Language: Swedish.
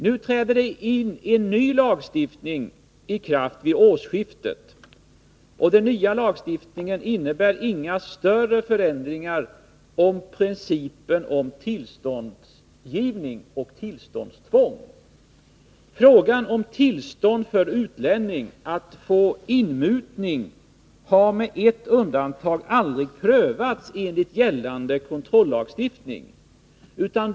Nu träder en ny lag i kraft vid årsskiftet. Den nya lagen innebär inga större förändringar i fråga om principen om tillståndsgivning och tillståndskontroll. Frågan om tillstånd för utlänningar att få inmutning har med ett undantag aldrig prövats enligt gällande kontrollagstiftning.